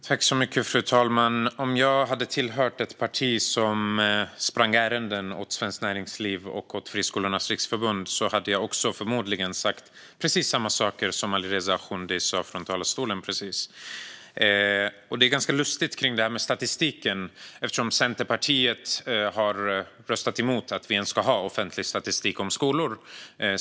Fru talman! Om jag hade tillhört ett parti som sprang ärenden åt Svenskt Näringsliv och Friskolornas riksförbund hade jag förmodligen sagt precis samma saker som Alireza Akhondi just sa från talarstolen. Det här med statistiken är ganska lustigt, eftersom Centerpartiet har röstat emot att vi ens ska ha offentlig statistik om skolor.